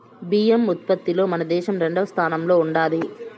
బియ్యం ఉత్పత్తిలో మన దేశం రెండవ స్థానంలో ఉండాది